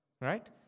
Right